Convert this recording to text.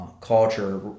culture